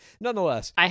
nonetheless